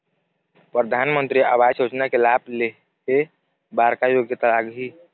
परधानमंतरी आवास योजना के लाभ ले हे बर का योग्यता लाग ही?